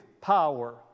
power